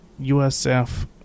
USF